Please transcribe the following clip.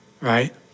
right